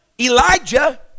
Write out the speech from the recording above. elijah